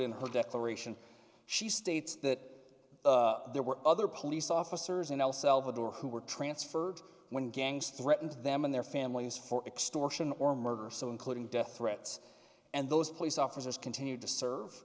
put in her declaration she states that there were other police officers in el salvador who were transferred when gangs threatened them and their families for extortion or murder or so including death threats and those police officers continued to serve